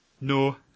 no